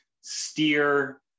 steer